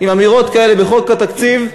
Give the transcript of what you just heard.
עם אמירות כאלה בחוק התקציב,